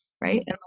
Right